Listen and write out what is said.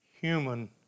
human